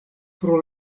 pro